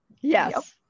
yes